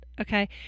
okay